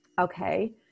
okay